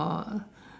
oh